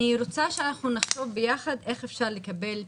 אני רוצה שאנחנו נחשוב ביחד איך אפשר לקבל פיצוי,